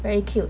very cute